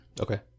Okay